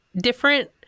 different